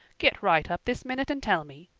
get right up this minute and tell me.